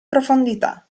profondità